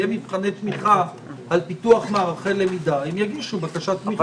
יהיו מבחני תמיכה על פיתוח מערכי למידה והם יגישו בקשת תמיכה.